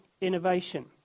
innovation